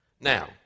Now